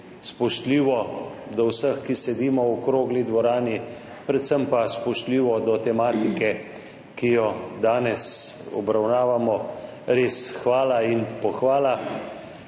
spoštljivo do vseh, ki sedimo v okrogli dvorani, predvsem pa spoštljivo do tematike, ki jo danes obravnavamo. Res hvala in pohvala.